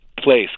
place